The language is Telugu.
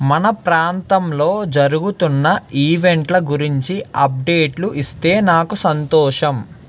మన ప్రాంతంలో జరుగుతున్న ఈవెంట్ల గురించి అప్డేట్లు ఇస్తే నాకు సంతోషం